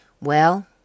Well